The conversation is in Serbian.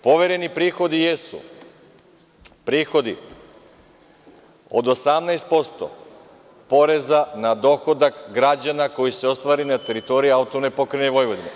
Povereni prihodi jesu prihodi od 18% poreza na dohodak građana koji se ostvari na teritoriji AP Vojvodine.